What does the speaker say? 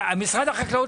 חברים,